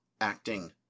acting